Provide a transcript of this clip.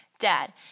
Dad